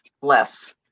less